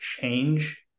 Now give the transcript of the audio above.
change